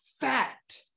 fact